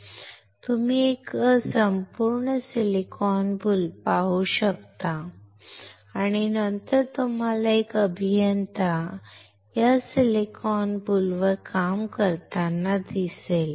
तुम्ही एक संपूर्ण सिलिकॉन बुल पाहू शकता आणि नंतर तुम्हाला एक अभियंता या सिलिकॉन बुलेवर काम करताना दिसेल